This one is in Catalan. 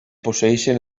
posseeixen